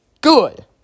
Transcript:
good